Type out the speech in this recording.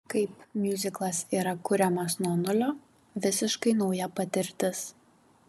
kaip miuziklas yra kuriamas nuo nulio visiškai nauja patirtis